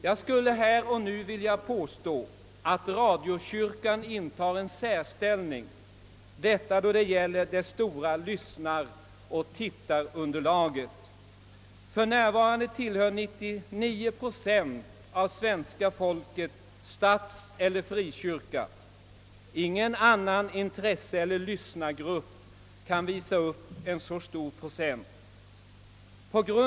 Jag skulle vilja påstå att radiokyrkan intar en särställning i fråga om det stora lyssnaroch tittarunderlaget. För närvarande tillhör 99 procent av svenska folket statseller frikyrka. Ingen annan intresseeller lyssnargrupp kan visa upp en så stor procent.